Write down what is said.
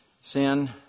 Sin